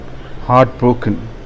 heartbroken